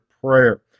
prayer